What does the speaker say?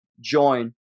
join